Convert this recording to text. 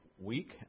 week